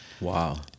Wow